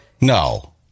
No